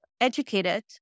educated